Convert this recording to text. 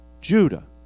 Judah